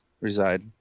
reside